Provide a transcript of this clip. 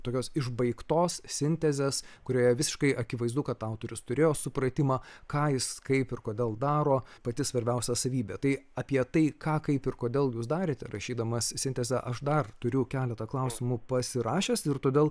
tokios išbaigtos sintezės kurioje visiškai akivaizdu kad autorius turėjo supratimą ką jis kaip ir kodėl daro pati svarbiausia savybė tai apie tai ką kaip ir kodėl jūs darėte rašydamas sintezę aš dar turiu keletą klausimų pasirašęs ir todėl